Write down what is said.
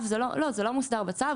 לא, זה לא מוסדר בצו.